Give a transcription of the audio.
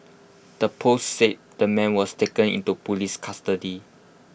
the post said the man was taken into Police custody